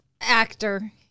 Actor